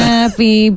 Happy